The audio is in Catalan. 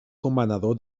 comanador